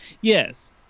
Yes